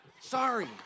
sorry